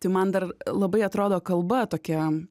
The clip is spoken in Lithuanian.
tai man dar labai atrodo kalba tokia